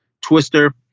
Twister